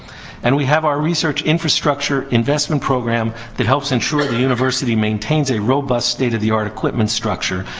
and we have our research infrastructure investment program that helps ensure the university maintains a robust state of the art equipment structure.